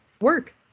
Work